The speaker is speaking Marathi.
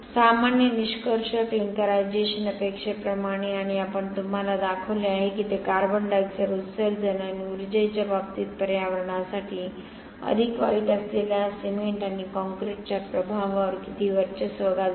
सामान्य निष्कर्ष क्लिंकरायझेशन अपेक्षेप्रमाणे आणि आपण तुम्हाला दाखवले आहे की ते कार्बन डायॉक्साइड उत्सर्जन आणि उर्जेच्या बाबतीत पर्यावरणासाठी अधिक वाईट असलेल्या सिमेंट आणि काँक्रीटच्या प्रभावावर किती वर्चस्व गाजवते